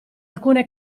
alcune